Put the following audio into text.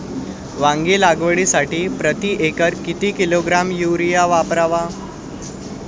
वांगी लागवडीसाठी प्रती एकर किती किलोग्रॅम युरिया वापरावा?